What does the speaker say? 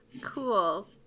cool